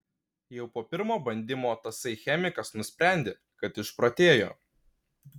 jau po pirmo bandymo tasai chemikas nusprendė kad išprotėjo